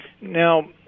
Now